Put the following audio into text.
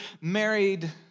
married